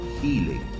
healing